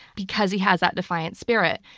because he has that defiant spirit.